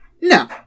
No